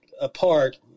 apart